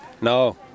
No